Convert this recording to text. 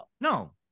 No